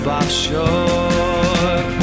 offshore